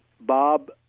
Bob